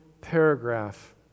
paragraph